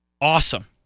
awesome